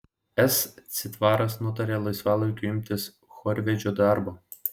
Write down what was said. s citvaras nutarė laisvalaikiu imtis chorvedžio darbo